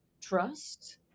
trust